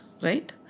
right